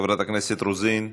חברת הכנסת רוזין,